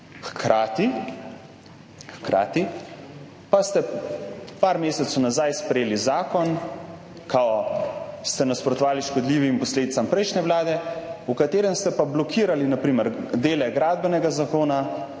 Hkrati pa ste nekaj mesecev nazaj sprejeli zakon, ste kot da nasprotovali škodljivim posledicam prejšnje vlade, v katerem ste pa blokirali na primer dele Gradbenega zakona,